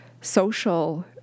social